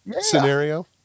scenario